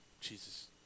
Jesus